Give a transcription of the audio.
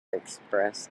expressed